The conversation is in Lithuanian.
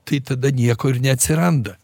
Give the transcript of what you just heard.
tai tada nieko ir neatsiranda